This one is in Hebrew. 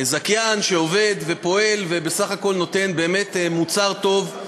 זכיין שעובד ופועל ובסך הכול נותן מוצר טוב,